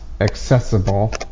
accessible